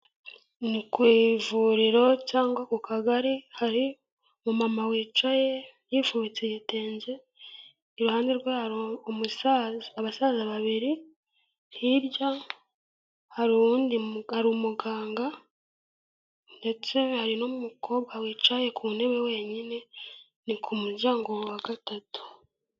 Ni ku ivuriro cyangwa ku Kagari, hari umumama wicaye yifubitse igitenge , iruhande rwe hari umusaza, abasaza babiri, hirya hari uwundi muganga ndetse hari n'umukobwa wicaye ku ntebe wenyine, ni ku muryango wa gatatu.